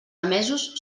emesos